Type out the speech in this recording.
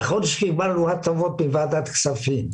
נכון שקיבלנו הטבות בוועדת הכספים,